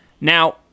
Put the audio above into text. Now